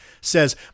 says